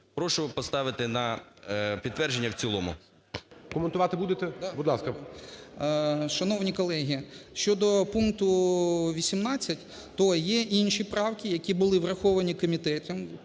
Прошу поставити на підтвердження в цілому.